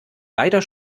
leider